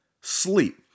sleep